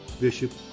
Bishop